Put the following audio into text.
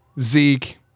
Zeke